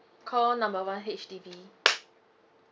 call number one H_D_B